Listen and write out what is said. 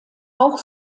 auch